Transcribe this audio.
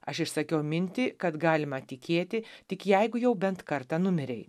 aš išsakiau mintį kad galima tikėti tik jeigu jau bent kartą numirei